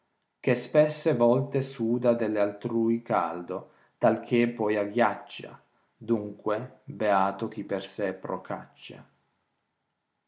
che spesse volte soda deir attrai caldo talché poi agghiaccia dunque beato chi per se procaccia